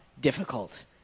difficult